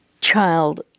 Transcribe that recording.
child